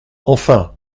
enfin